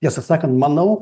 tiesą sakant manau